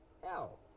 Hell